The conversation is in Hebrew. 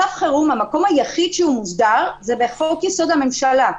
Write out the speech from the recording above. המקום היחיד בו מוסדר מצב חירום זה בחוק יסוד: הממשלה.